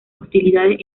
hostilidades